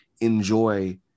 enjoy